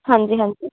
ਹਾਂਜੀ ਹਾਂਜੀ